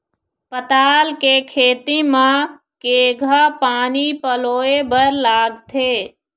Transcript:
पताल के खेती म केघा पानी पलोए बर लागथे?